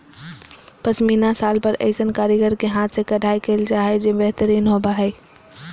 पश्मीना शाल पर ऐसन कारीगर के हाथ से कढ़ाई कयल जा हइ जे बेहतरीन होबा हइ